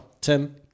Tim